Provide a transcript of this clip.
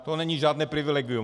To není žádné privilegium.